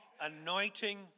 Anointing